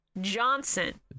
Johnson